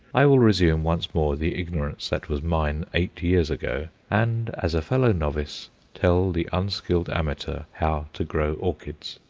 i will resume once more the ignorance that was mine eight years ago, and as a fellow-novice tell the unskilled amateur how to grow orchids.